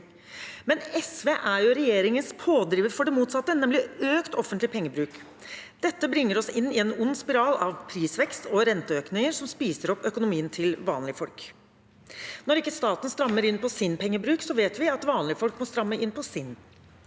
Men SV er regjeringens pådriver for det motsatte, nemlig økt offentlig pengebruk. Dette bringer oss inn i en ond spiral av prisvekst og renteøkninger som spiser opp økonomien til vanlige folk. Når ikke staten strammer inn på sin pengebruk, vet vi at vanlige folk må stramme inn på sin.